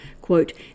Quote